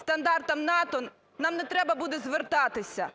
стандартам НАТО, нам не треба буде звертатися,